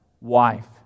wife